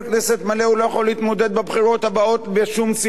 הוא לא יכול להתמודד בבחירות הבאות בשום סיעה אחרת.